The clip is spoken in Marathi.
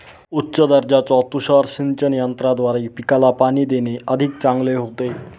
उच्च दर्जाच्या तुषार सिंचन यंत्राद्वारे पिकाला पाणी देणे अधिक चांगले होते